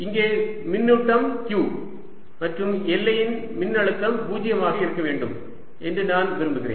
இங்கே மின்னூட்டம் q மற்றும் எல்லையின் மின்னழுத்தம் 0 ஆக இருக்க வேண்டும் என்று நான் விரும்புகிறேன்